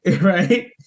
right